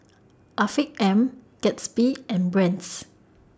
Afiq M Gatsby and Brand's